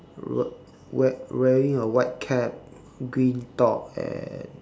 we~ wear wearing a white cap green top and